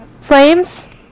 flames